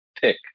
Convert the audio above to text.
pick